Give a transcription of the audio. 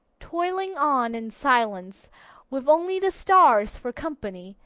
toiling on in silence with only the stars for company,